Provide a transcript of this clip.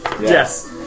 Yes